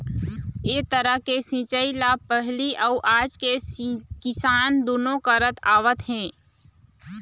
ए तरह के सिंचई ल पहिली अउ आज के किसान दुनो करत आवत हे